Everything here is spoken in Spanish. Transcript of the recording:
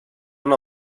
una